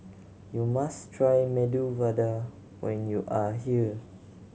you must try Medu Vada when you are here